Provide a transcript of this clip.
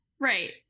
right